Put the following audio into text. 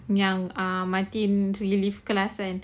yang ah relief class kan